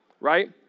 Right